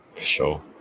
Sure